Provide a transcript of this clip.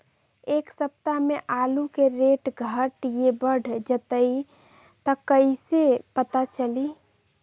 एक सप्ताह मे आलू के रेट घट ये बढ़ जतई त कईसे पता चली?